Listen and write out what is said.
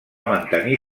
mantenir